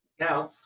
now,